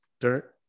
Dirt